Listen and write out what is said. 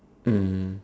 mm